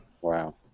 Wow